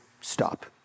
stop